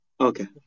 Okay